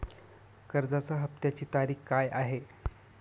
कर्जाचा हफ्त्याची तारीख काय आहे?